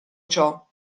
ciò